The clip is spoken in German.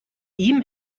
ihm